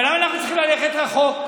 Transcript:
אבל למה אנחנו צריכים ללכת רחוק?